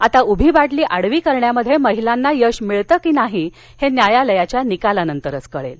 आता उभी बाटली आडवी करण्यात महिलांना यश मिळतं की नाही ते न्यायालयाच्या निकालानंतरच कळेल